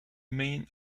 main